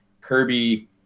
Kirby